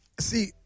see